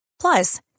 plus